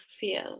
feel